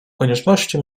konieczności